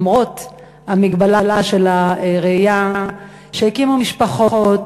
שלמרות המגבלה של הראייה הקימו משפחות,